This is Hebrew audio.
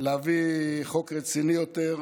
להביא חוק רציני יותר,